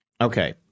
okay